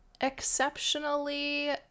exceptionally